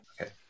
Okay